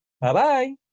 Bye-bye